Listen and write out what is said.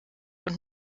und